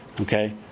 okay